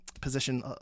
position